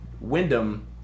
Wyndham